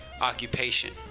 occupation